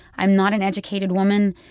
i'm not an educated woman.